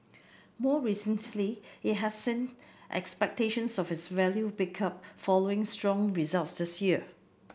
more recently it has seen expectations of its value pick up following strong results this year